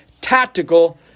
tactical